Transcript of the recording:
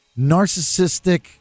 narcissistic